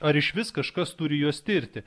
ar išvis kažkas turi juos tirti